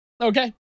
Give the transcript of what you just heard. Okay